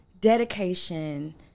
dedication